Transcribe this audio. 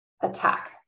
attack